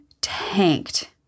tanked